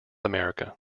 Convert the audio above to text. america